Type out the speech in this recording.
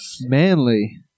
manly